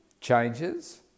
changes